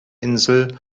insel